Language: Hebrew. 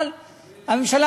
אבל הממשלה,